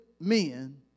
men